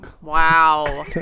Wow